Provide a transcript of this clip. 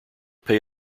pay